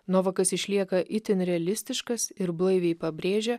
novakas išlieka itin realistiškas ir blaiviai pabrėžia